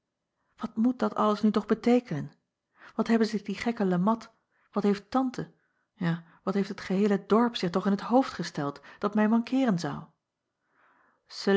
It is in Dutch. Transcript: at moet dat alles nu toch beteekenen at hebben zich die gekke e at wat heeft ante ja wat heeft het geheele dorp zich toch in t hoofd gesteld dat mij mankeeren zou